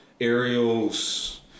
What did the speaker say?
aerials